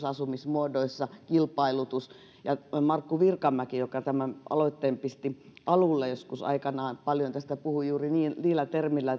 asumismuodoissa kilpailutusta markku virkamäki joka tämän aloitteen pisti alulle joskus aikanaan paljon tästä puhui juuri niillä termeillä